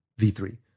V3